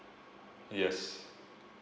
yes